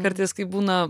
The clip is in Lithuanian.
kartais kai būna